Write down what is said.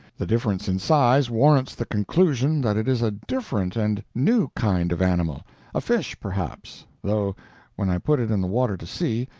the difference in size warrants the conclusion that it is a different and new kind of animal a fish, perhaps, though when i put it in the water to see,